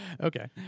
Okay